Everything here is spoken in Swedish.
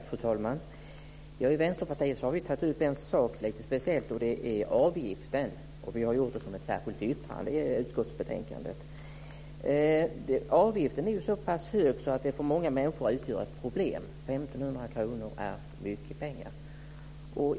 Fru talman! Vi i Vänsterpartiet har i ett särskilt yttrande vid utskottsbetänkandet speciellt tagit upp frågan om avgiften för naturalisation. Avgiften är så pass hög att den för många människor utgör ett problem. 1 500 kr är mycket pengar.